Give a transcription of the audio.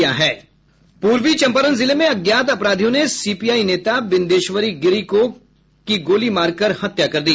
पूर्वी चंपारण जिले में अज्ञात अपराधियों ने सीपीआई नेता विंदेश्वरी गिरि की गोली मारकर हत्या कर दी